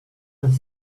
and